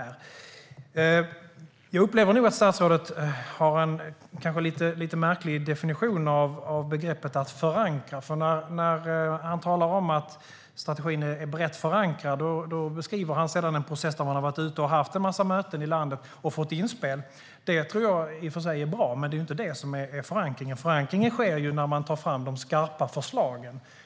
Jag upplever nog att statsrådet har en lite märklig definition av begreppet "förankra". Han säger att strategin är brett förankrad och beskriver en process där man har haft en massa möten i landet och fått inspel. Det tror jag i och för sig är bra, men det är inte det som är förankring. Förankringen sker ju när man tar fram de skarpa förslagen.